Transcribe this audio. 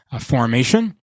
formation